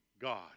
God